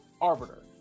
Arbiter